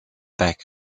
back